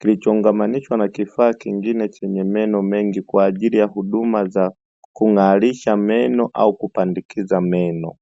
kilichoungamanishwa na kifaa kingine chenye meno mengi, kwa ajili ya huduma za kung'arisha meno au kupandikiza meno.